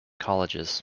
colleges